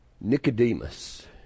Nicodemus